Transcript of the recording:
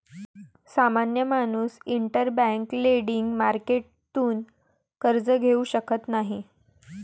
सामान्य माणूस interbank lending मार्केटतून कर्ज घेऊ शकत नाही